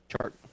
chart